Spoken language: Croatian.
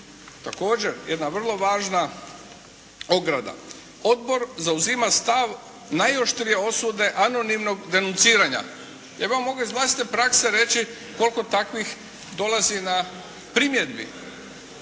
Također jedna vrlo važna ograda. Odbor zauzima stav najoštrije osude anonimnog denuciranja. Ja bi vam mogao iz vlastite prakse reći koliko takvih dolazi na primjedbi.